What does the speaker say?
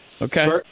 okay